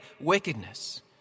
wickedness